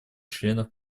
членов